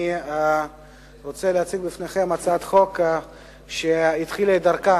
אני רוצה להציג בפניכם הצעת חוק שהתחילה את דרכה